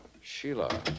Sheila